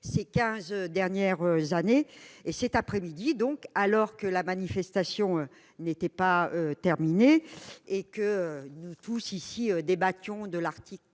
ces quinze dernières années. Cet après-midi, alors que la manifestation n'était pas terminée et que nous débattions ici de l'article